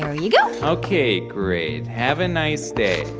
you go ok. great. have a nice day.